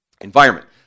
environment